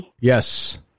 Yes